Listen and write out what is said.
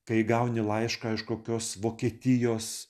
kai gauni laišką iš kokios vokietijos